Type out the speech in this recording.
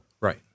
Right